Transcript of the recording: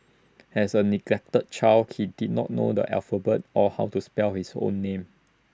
as A neglected child he did not know the alphabet or how to spell his own name